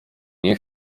nie